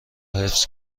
حفظ